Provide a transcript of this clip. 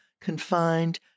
confined